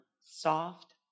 soft